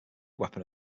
weapon